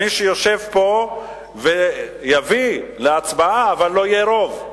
מי שיושב פה ויביא להצבעה, אבל לא יהיה רוב.